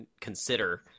consider